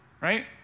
Right